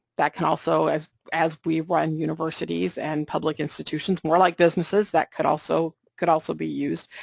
that can also, as as we run universities and public institutions more like businesses, that could also could also be used.